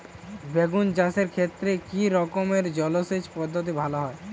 বেগুন চাষের ক্ষেত্রে কি রকমের জলসেচ পদ্ধতি ভালো হয়?